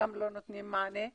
גם לא נותנים מענה,